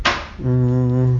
mm